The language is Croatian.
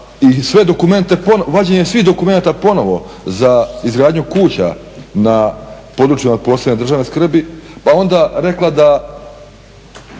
i sve dokumente, vađenje svih dokumenata ponovo za izgradnju kuća na područjima od posebne državne skrbi, pa onda rekla da